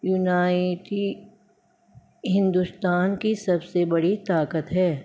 unity Hindustan کی سب سے بڑی طاقت ہے